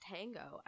Tango